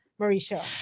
Marisha